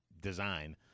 design